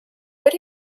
but